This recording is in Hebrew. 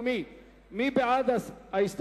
אדוני מרכז הקואליציה,